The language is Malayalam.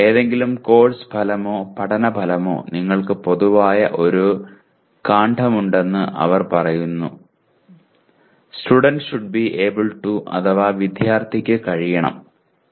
ഏതെങ്കിലും കോഴ്സ് ഫലമോ പഠന ഫലമോ നിങ്ങൾക്ക് പൊതുവായ ഒരു കാണ്ഡംമുണ്ടെന്ന് അവർ പറയുന്നു "student should be able to അഥവാ വിദ്യാർത്ഥിക്ക് കഴിയണം"